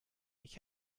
ich